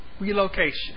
relocation